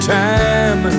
time